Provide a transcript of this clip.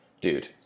dude